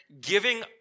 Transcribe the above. giving